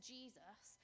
Jesus